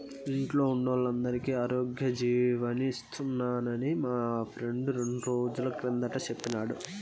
ఇంట్లో వోల్లందరికీ ఆరోగ్యజీవని తీస్తున్నామని మా ఫ్రెండు రెండ్రోజుల కిందట సెప్పినాడు